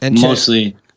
mostly